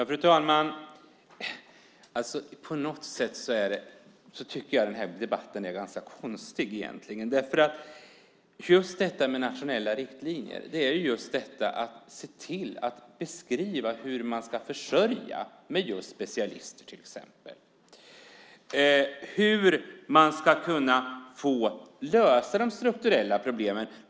Fru talman! På något sätt är den här debatten egentligen ganska konstig. Nationella riktlinjer är ju just detta med att se till att beskriva hur man ska försörja till exempel med specialister och hur man ska kunna lösa de strukturella problemen.